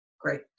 Great